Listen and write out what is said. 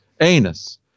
anus